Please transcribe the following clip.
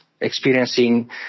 experiencing